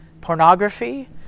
pornography